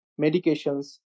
medications